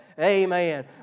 Amen